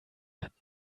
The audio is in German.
hat